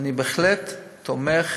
אני בהחלט תומך